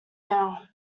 now